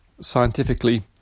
scientifically